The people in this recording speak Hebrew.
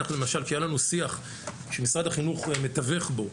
למשל כשהיה לנו שיח שמשרד החינוך מתווך בו,